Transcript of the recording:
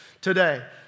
today